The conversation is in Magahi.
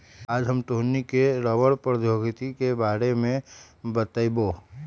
आज हम तोहनी लोग के रबड़ प्रौद्योगिकी के बारे में बतईबो